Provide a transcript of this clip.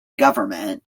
government